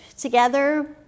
together